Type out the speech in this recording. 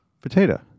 Potato